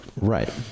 Right